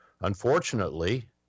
Unfortunately